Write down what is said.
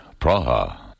Praha